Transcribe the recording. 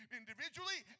individually